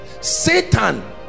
Satan